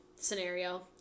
scenario